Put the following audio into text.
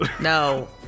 No